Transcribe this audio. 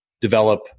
develop